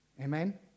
Amen